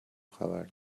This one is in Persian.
خبر